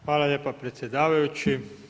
Hvala lijepa predsjedavajući.